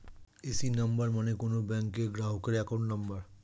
AC number মানে কোন ব্যাংকের গ্রাহকের অ্যাকাউন্ট নম্বর